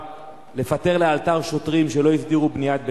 לפטר לאלתר שוטרים שלא הסדירו את בניית ביתם?